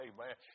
Amen